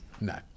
No